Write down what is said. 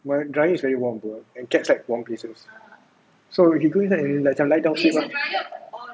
my dryer is very warm and cats like warm places so he go inside and macam lie down sleep ah